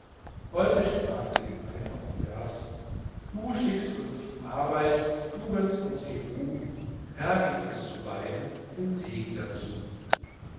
heute sprach sie den einfachen vers du schickst uns die arbeit du gönnst uns die ruh herr gib uns zu beidem den segen dazu